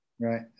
Right